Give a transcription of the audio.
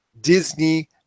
Disney